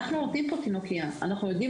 אנחנו נותנים פה תינוקייה, אנחנו יודעים